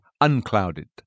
unclouded